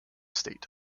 state